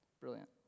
brilliant